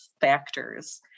factors